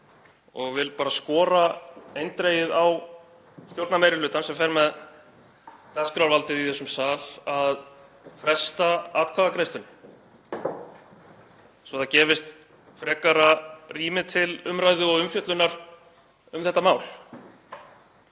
og vil bara skora eindregið á stjórnarmeirihlutann, sem fer með dagskrárvaldið í þessum sal, að fresta atkvæðagreiðslunni svo að það gefist frekara rými til umræðu og umfjöllunar um þetta mál.